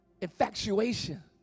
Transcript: infatuation